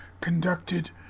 conducted